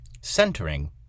centering